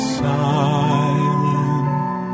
silent